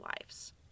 lives